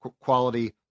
quality